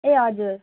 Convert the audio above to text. ए हजुर